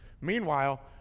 Meanwhile